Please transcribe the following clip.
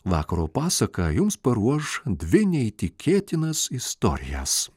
vakaro pasaka jums paruoš dvi neįtikėtinas istorijas